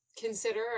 consider